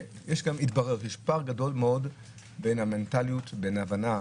התברר שיש פער גדול מאוד בין המנטליות לבין ההבנה.